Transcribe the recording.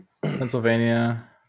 Pennsylvania